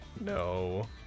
No